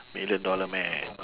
million dollar man